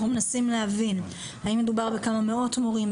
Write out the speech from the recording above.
אנחנו מנסים להבין האם מדובר בכמה מאות מורים,